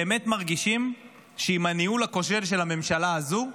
באמת מרגישים שעם הניהול הכושל של הממשלה הזו,